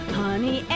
honey